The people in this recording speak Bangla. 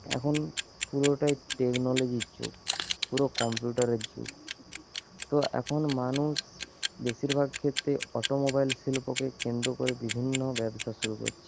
এখন পুরোটাই টেকনোলজির যুগ পুরো কম্পিউটারের যুগ তো এখন মানুষ বেশির ভাগ ক্ষেত্রে অটোমোবাইল শিল্পকে কেন্দ্র করে বিভিন্ন ব্যবসা শুরু হচ্ছে